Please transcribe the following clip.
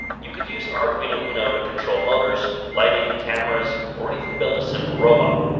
you could use an arduino uno to control motors, lighting, cameras, or even build a simple robot.